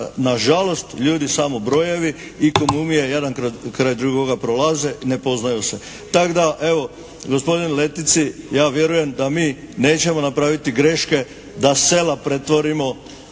na žalost ljudi samo brojevi i …/Govornik se ne razumije./… jedan kraj drugoga prolaze i ne poznaju se. Tak da, evo gospodin Letici ja vjerujem da mi nećemo napraviti greške da sela pretvorimo